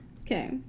Okay